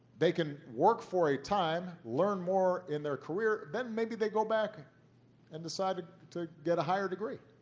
they can work for a time, learn more in their career. then maybe they go back and decide to get a higher degree.